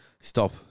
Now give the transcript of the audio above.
stop